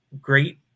great